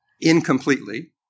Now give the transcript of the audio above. incompletely